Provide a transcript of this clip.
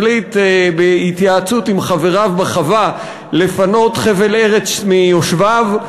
החליט בהתייעצות עם חבריו בחווה לפנות חבל ארץ מיושביו.